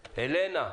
אלנה.